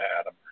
Adam